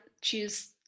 choose